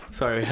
Sorry